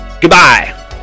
Goodbye